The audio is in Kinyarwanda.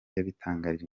yabitangarije